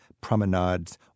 promenades